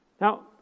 Now